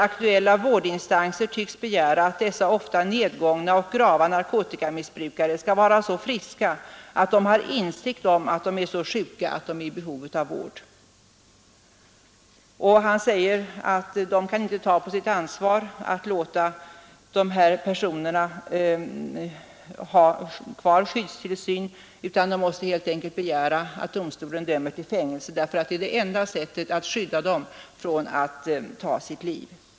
Aktuella vårdinstanser tycks begära att dessa ofta nedgångna och grava narkotikamissbrukare skall vara så friska att de har insikt om att de är så sjuka att de är i behov av vård.” Han säger vidare att man inte kan ta på sitt ansvar att låta dessa personer ha kvar skyddstillsynen, utan man måste helt enkelt begära att domstolen dömer dem till fängelse, därför att det är det enda sättet att skydda dem från att ta sitt liv.